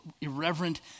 irreverent